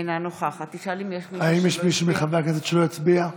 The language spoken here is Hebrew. אינה נוכחת האם יש מישהו מחברי הכנסת שלא הצביע?